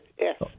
yes